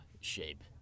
shape